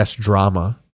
drama